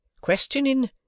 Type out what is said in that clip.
questioning